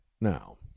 now